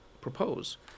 propose